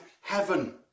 heaven